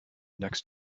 next